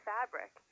fabric